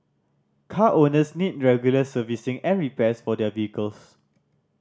car owners need regular servicing and repairs for their vehicles